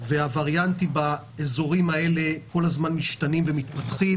והווריאנטים באזורים האלה כל הזמן משתנים ומתפתחים.